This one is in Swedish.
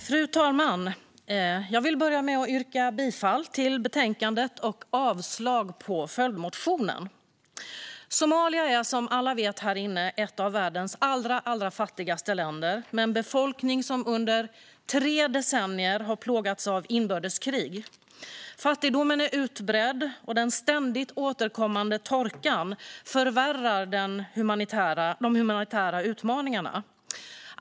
Fru talman! Jag vill börja med att yrka bifall till utskottets förslag och avslag på följdmotionen. Somalia är, som alla här inne vet, ett av världens allra fattigaste länder, med en befolkning som under tre decennier har plågats av inbördeskrig. Fattigdomen är utbredd, och den ständigt återkommande torkan förvärrar de humanitära utmaningarna.